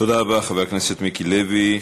תודה רבה, חבר הכנסת מיקי לוי.